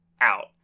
out